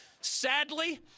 Sadly